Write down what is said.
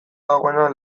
dagoena